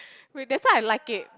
wait that's why I like it